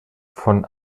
von